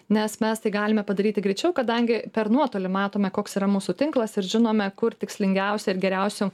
nes mes tai galime padaryti greičiau kadangi per nuotolį matome koks yra mūsų tinklas ir žinome kur tikslingiausia ir geriausio